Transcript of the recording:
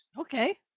Okay